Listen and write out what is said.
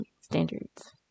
standards